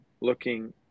looking